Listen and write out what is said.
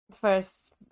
first